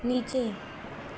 नीचे